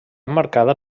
emmarcada